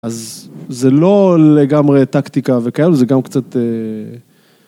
אז זה לא לגמרי טקטיקה וכאלה, זה גם קצת...